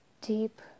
deep